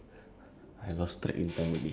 oh I eat cereal ah just now